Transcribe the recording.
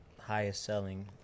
highest-selling